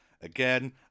Again